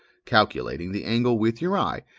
calculating the angle with your eye,